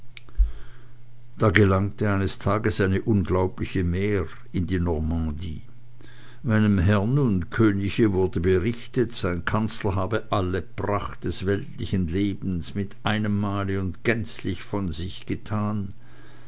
gelangte eines tages eine unglaubliche mär in die normandie meinem herrn und könige wurde berichtet sein kanzler habe alle pracht des weltlichen lebens mit einem male und gänzlich von sich getan